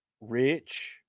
rich